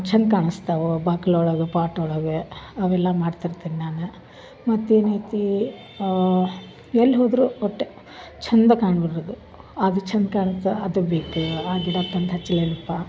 ಚಂದ ಕಾಣಿಸ್ತಾವು ಬಾಕ್ಲು ಒಳಗು ಪಾಟ್ ಒಳಗೆ ಅವೆಲ್ಲ ಮಾಡ್ತಿರ್ತೀನಿ ನಾನು ಮತ್ತೇನು ಐತಿ ಎಲ್ಲಿ ಹೋದರು ಒಟ್ಟೆ ಚಂದ ಕಾಣ ಬಿಡಬೇಕು ಅದು ಚಂದ ಕಾಣುತ್ತ ಅದು ಬೇಕು ಆ ಗಿಡ ತಂದು ಹಚ್ಲೇನಪ್ಪ